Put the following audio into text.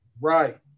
Right